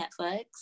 Netflix